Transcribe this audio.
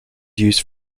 used